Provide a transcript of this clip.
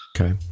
Okay